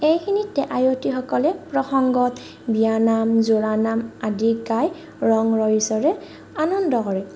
এইখিনিতে আয়তীসকলে প্ৰসংগত বিয়া নাম জোৰা নাম আদি গায় ৰং ৰহইচৰে আনন্দ কৰে